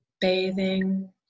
Bathing